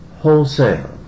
wholesale